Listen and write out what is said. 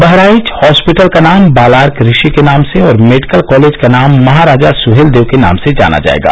Bahraich hospital का नाम बालार्क ऋषि के नाम से और मेडिकल कॉलेज का नाम महाराजा सुहेलदेव के नाम से जाना जाएगा